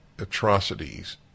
atrocities